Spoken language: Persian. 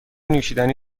نوشیدنی